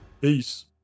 Peace